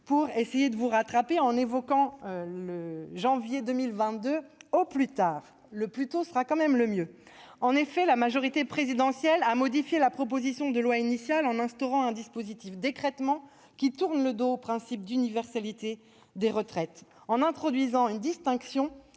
Vous essayez de vous rattraper, en évoquant janvier 2022 « au plus tard », mais je vous le dis clairement : le plus tôt sera le mieux ! La majorité présidentielle a modifié la proposition de loi initiale, en instaurant un dispositif d'écrêtement qui tourne le dos au principe d'universalité des retraites. En introduisant une distinction